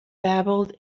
babbled